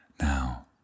Now